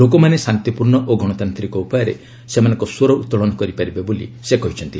ଲୋକମାନେ ଶାନ୍ତିପୂର୍ଣ୍ଣ ଓ ଗଣତାନ୍ତିକ ଉପାୟରେ ସେମାନଙ୍କ ସ୍ୱର ଉତ୍ତୋଳନ କରିପାରିବେ ବୋଲି ସେ କହିଛନ୍ତି